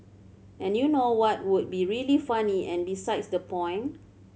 and you know what would be really funny and besides the point